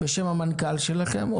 בשם המנכ"ל שלכם,